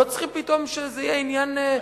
לא צריכים פתאום שזה יהיה עניין מפלגתי.